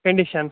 condition